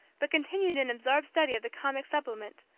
but continued in absorbed study of the comic supplement,